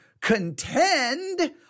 contend